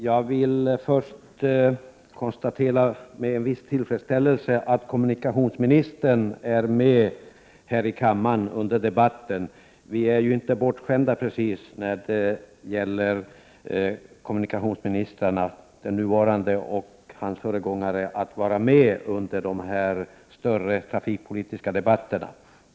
Fru talman! Jag konstaterar med en viss tillfredsställelse att kommunikationsministern är med här i kammaren under debatten. Vi är ju inte precis bortskämda med att kommunikationsministrarna — den nuvarande och hans företrädare — är med under de större trafikpolitiska debatterna.